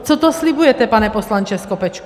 Co to slibujete, pane poslanče Skopečku?